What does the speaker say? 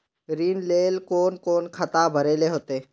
ऋण लेल कोन कोन खाता भरेले होते?